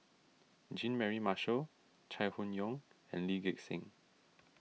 Jean Mary Marshall Chai Hon Yoong and Lee Gek Seng